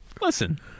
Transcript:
listen